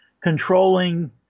controlling